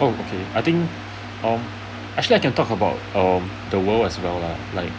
oh okay I think um actually I can talk about um the world as well lah like